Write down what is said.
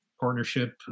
partnership